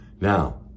Now